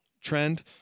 trend